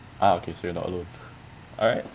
ah okay so you're not alone alright